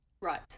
Right